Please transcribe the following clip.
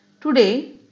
Today